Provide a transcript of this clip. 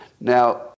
Now